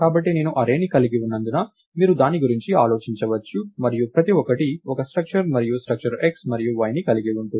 కాబట్టి నేను అర్రేని కలిగి ఉన్నందున మీరు దాని గురించి ఆలోచించవచ్చు మరియు ప్రతి ఒక్కటి ఒక స్ట్రక్చర్ మరియు స్ట్రక్చర్ x మరియు y కలిగి ఉంటుంది